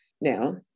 now